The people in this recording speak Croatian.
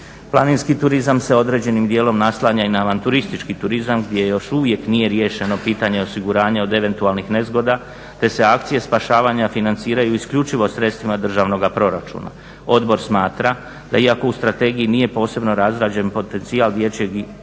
Planinski turizam se određenim dijelom naslanja i na avanturistički turizam gdje još uvijek nije riješeno pitanje osiguranja od eventualnih nezgoda, te se akcije spašavanja financiraju isključivo sredstvima državnoga proračuna. Odbor smatra da iako u strategiji nije posebno razrađen potencijal dječjeg